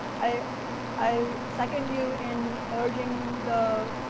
i i second you in urging the